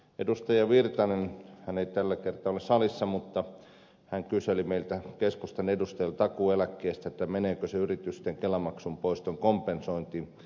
erkki virtanen hän ei tällä kertaa ole salissa kyseli meiltä keskustan edustajilta takuueläkkeestä meneekö se yritysten kelamaksun poiston kompensointiin